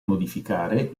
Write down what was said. modificare